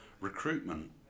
Recruitment